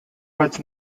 was